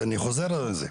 ואני חוזר על זה.